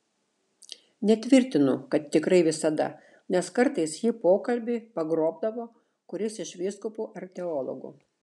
netvirtinu kad tikrai visada nes kartais jį pokalbiui pagrobdavo kuris iš vyskupų ar teologų